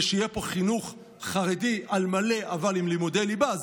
שיהיה פה חינוך חרדי על מלא אבל עם לימודי ליב"ה.